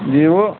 جی وہ